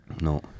No